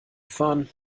fahren